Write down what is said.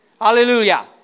Hallelujah